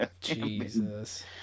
Jesus